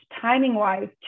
timing-wise